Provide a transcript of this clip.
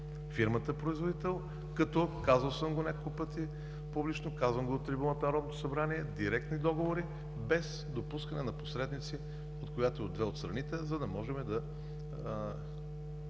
фирмата производител, като, казвал съм го няколко пъти публично, казвам го и от трибуната на Народното събрание – директни договори, без допускане на посредници на която и да е от страните, за да можем да